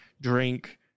drink